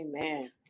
Amen